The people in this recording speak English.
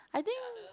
I think